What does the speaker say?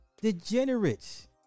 Degenerates